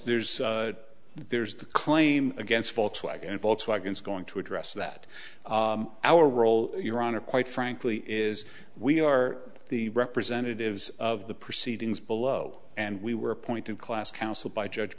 there's there's the claim against volkswagen volkswagens going to address that our role your honor quite frankly is we are the representatives of the proceedings below and we were appointed class council by judge